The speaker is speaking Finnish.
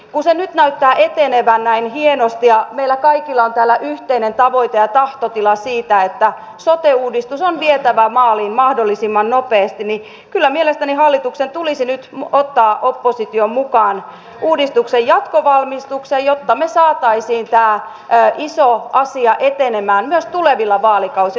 kun se nyt näyttää etenevän näin hienosti ja meillä kaikilla on täällä yhteinen tavoite ja tahtotila siitä että sote uudistus on vietävä maaliin mahdollisimman nopeasti niin kyllä mielestäni hallituksen tulisi nyt ottaa oppositio mukaan uudistuksen jatkovalmistukseen jotta me saisimme tämän ison asian etenemään myös tulevilla vaalikausilla